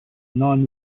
non